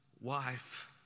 wife